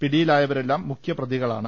പിടിയിലായവരെല്ലാം മുഖ്യപ്രതിക ളാണ്